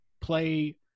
play